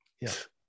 Yes